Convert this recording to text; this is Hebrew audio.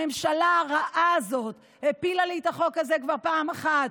הממשלה הרעה הזאת הפילה לי את החוק הזה כבר פעם אחת,